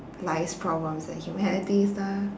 life's problems and humanities stuff